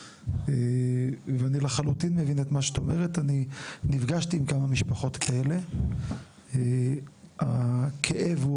אני נפגשתי עם כמה משפחות כאלה; הכאב הוא